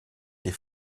des